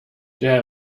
der